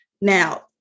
Now